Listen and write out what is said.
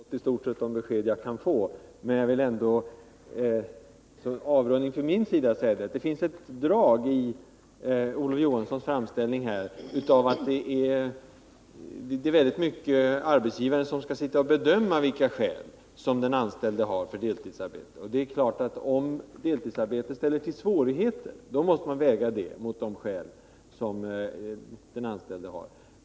Herr talman! Jag misstänker att jag har fått i stort sett de besked jag kan få. Jag vill ändå som avrundning för min del säga att det i Olof Johanssons framställning finns ett drag av att det i stor utsträckning är arbetsgivaren som skall bedöma de skäl som den anställde har för deltidsarbete. Det är klart att om deltidsarbetet ställer till svårigheter, måste man väga dem mot de skäl som den anställde har.